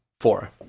Four